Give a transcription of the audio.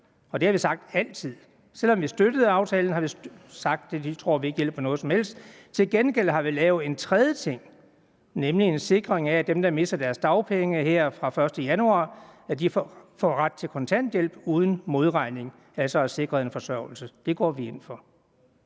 Det har vi sagt hele tiden. Selv om vi støttede aftalen, har vi sagt, at det tror vi ikke hjælper noget som helst. Til gengæld har vi lavet en tredje ting, nemlig en sikring af, at dem, der mister deres dagpenge her fra den 1. januar, får ret til kontanthjælp uden modregning, altså er sikret en forsørgelse. Det går vi ind for.